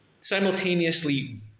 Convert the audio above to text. simultaneously